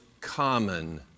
common